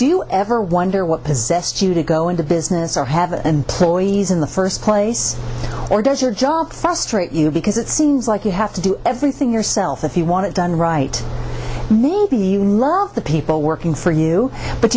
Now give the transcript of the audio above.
do you ever wonder what possessed you to go into business or have an employee's in the first place or does your job frustrate you because it seems like you have to do everything yourself if you want it done right maybe you learn the people working for you but